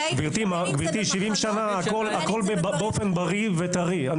גברתי, 70 שנים הכול באופן בריא וטרי.